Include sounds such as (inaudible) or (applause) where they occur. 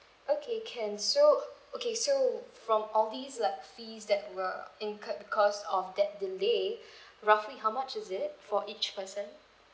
okay can so okay so from all these like fees that were incurred because of that delay (breath) roughly how much is it for each person